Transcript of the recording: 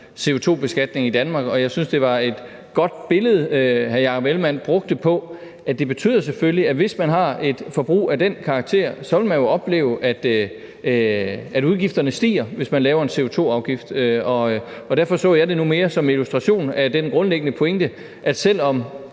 CO2-beskatning i Danmark. Og jeg synes, at det var et godt billede, hr. Jakob Ellemann-Jensen brugte. Det betyder selvfølgelig, at hvis man har et forbrug af den karakter, vil man opleve, at udgifterne stiger, hvis man laver en CO2-afgift. Derfor så jeg det nu mere som en illustration af den grundlæggende pointe, at selv om